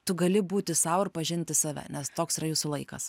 tu gali būti sau ir pažinti save nes toks yra jūsų laikas